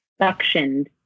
suctioned